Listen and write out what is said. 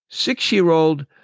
Six-year-old